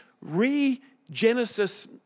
re-Genesis